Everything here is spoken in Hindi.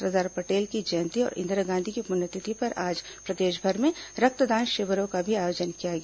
सरदार पटेल की जयंती और इंदिरा गांधी की पुण्यतिथि पर आज प्रदेशभर में रक्तदान शिविरों का आयोजन भी किया गया